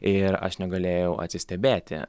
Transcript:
ir aš negalėjau atsistebėti